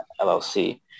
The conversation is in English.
LLC